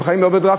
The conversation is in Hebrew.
הם חיים באוברדרפט,